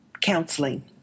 counseling